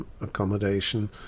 accommodation